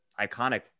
iconic